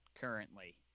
currently